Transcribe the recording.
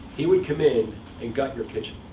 he would come in and gut your kitchen.